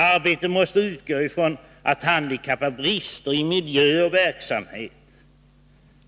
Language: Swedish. Arbetet måste utgå ifrån att handikapp är brister i miljö och verksamhet.